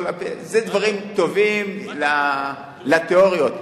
זה דברים טובים לתיאוריות.